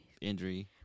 Injury